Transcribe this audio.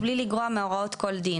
ואני רוצה לקבור אותו בשבת בבוקר,